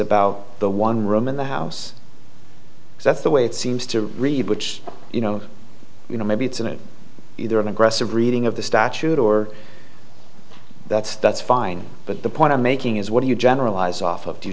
about the one room in the house that's the way it seems to read which you know you know maybe it's an either an aggressive reading of the statute or that's that's fine but the point i'm making is what do you generalize off of